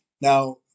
Now